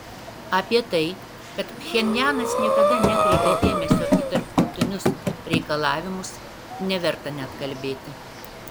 apie tai kad pchenjanas niekada nekreipė dėmesio į tarptautinius reikalavimus neverta net kalbėti